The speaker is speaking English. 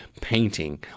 painting